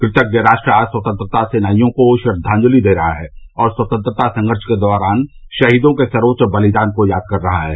कृतज्ञ राष्ट्र आज स्वतंत्रता सेनानियों को श्रद्वांजलि दे रहा है और स्वतंत्रता संघर्ष के दौरान शहीदों के सर्वोच्च बलिदान को याद कर रहा है